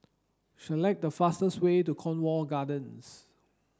select the fastest way to Cornwall Gardens